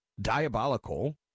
diabolical